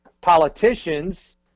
politicians